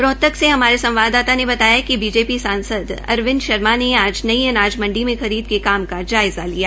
रोहतक से हमारे संवाददाता ने बताया िक बीजेपी सांसद अरविंद शर्मा ने आज नई अनाज मंडी में खरीद के काम का जायज़ा लिया